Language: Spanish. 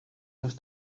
los